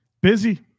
Busy